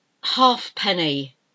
halfpenny